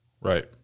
Right